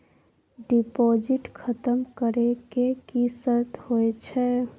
Deposit खतम करे के की सर्त होय छै?